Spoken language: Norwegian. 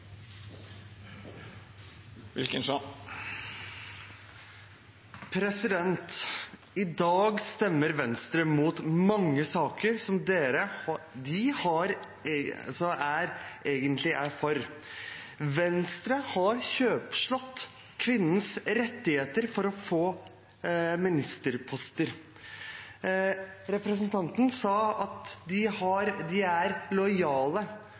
det. I dag stemmer Venstre imot mange saker som de egentlig er for. Venstre har kjøpslått med kvinnens rettigheter for å få ministerposter. Representanten sa at de er lojale.